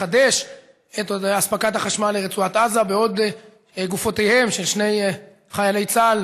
לחדש את אספקת החשמל לרצועת עזה בעוד גופותיהם של שני חיילי צה"ל,